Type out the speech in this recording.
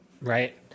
Right